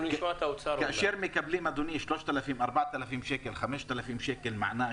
כאשר מקבלים 5,000 שקלים מענק,